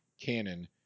Canon